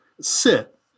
sit